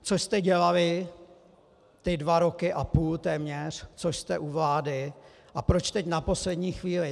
Co jste dělali ty dva roky a půl, téměř, co jste u vlády, a proč teď na poslední chvíli?